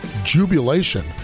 Jubilation